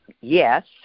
yes